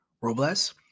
Robles